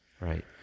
Right